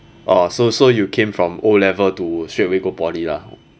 orh so so you came from O level to straight away go poly lah